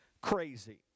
crazy